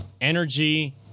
energy